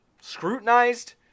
scrutinized